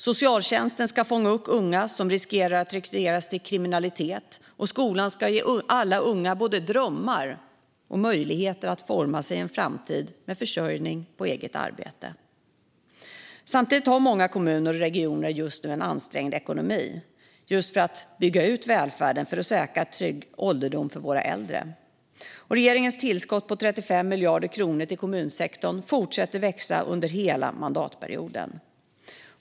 Socialtjänsten ska fånga upp unga som löper risk att rekryteras till kriminalitet, och skolan ska ge alla unga både drömmar och möjligheter att forma sig en framtid med försörjning på eget arbete. Samtidigt har många kommuner och regioner just nu en ansträngd ekonomi när man måste bygga ut välfärden för att säkra en trygg ålderdom för våra äldre. Regeringens tillskott på 35 miljarder kronor till kommunsektorn fortsätter att växa under hela mandatperioden.